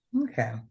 Okay